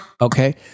Okay